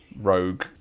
rogue